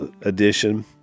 edition